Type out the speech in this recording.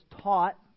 taught